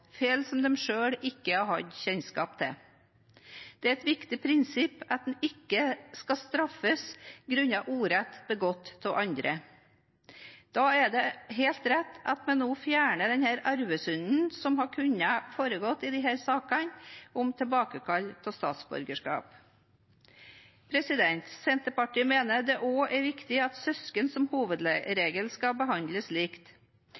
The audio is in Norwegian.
som de selv ikke har hatt kjennskap til. Det er et viktig prinsipp at man ikke skal straffes grunnet urett begått av andre. Da er det helt rett at vi nå fjerner denne arvesynden i saker om tilbakekall av statsborgerskap. Senterpartiet mener det også er viktig at søsken som